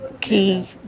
key